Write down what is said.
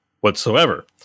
whatsoever